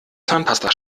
zahnpasta